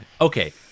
okay